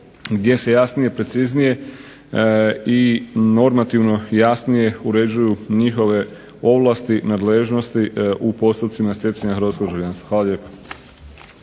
gdje se jasnije, preciznije i normativno jasnije uređuju njihove ovlasti, nadležnosti u postupcima stjecanja hrvatskog državljanstva. Hvala lijepo.